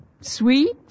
Sweet